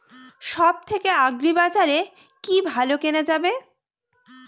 সব থেকে আগ্রিবাজারে কি ভালো কেনা যাবে কি?